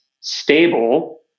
stable